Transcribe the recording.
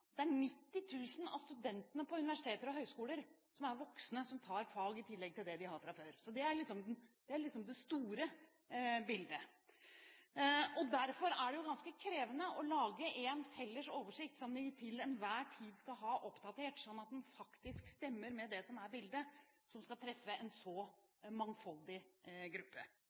av studentene på universiteter og høyskoler som er voksne, tar fag i tillegg til det de har fra før. Det er det store bildet. Derfor er det ganske krevende å lage en felles oversikt som vi til enhver tid skal ha oppdatert, sånn at den faktisk stemmer med det som er bildet, som skal treffe en så mangfoldig gruppe.